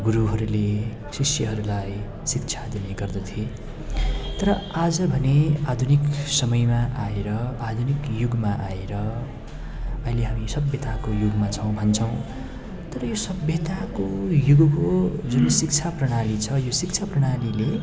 गुरुहरूले शिष्यहरूलाई शिक्षा दिने गर्दथे तर आज भने आधुनिक समयमा आएर आधुनिक युगमा आएर अहिले हामी सभ्यताको युगमा छौँ भन्छौँ तर यो सभ्यताको युगको जुन शिक्षा प्रणाली छ यो शिक्षा प्रणालीले